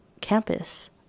campus